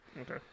Okay